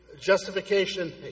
Justification